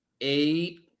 eight